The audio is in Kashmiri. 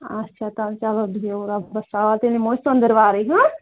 اچھا چلو بِہو رَۄبس حوال تیٚلہِ یمو أسۍ ژٔندٕرواری ہاں